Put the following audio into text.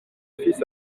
fils